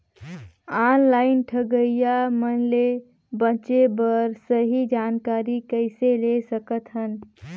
Online ठगईया मन ले बांचें बर सही जानकारी कइसे ले सकत हन?